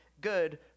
good